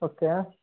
okay